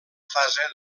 fase